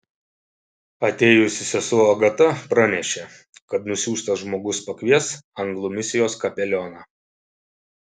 atėjusi sesuo agata pranešė kad nusiųstas žmogus pakvies anglų misijos kapelioną